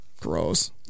gross